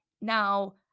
Now